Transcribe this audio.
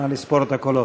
נא לספור את הקולות.